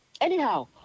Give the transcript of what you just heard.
Anyhow